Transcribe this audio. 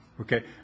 Okay